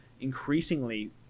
increasingly